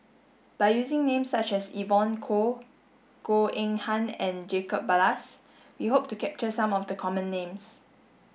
by using names such as Evon Kow Goh Eng Han and Jacob Ballas we hope to capture some of the common names